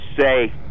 say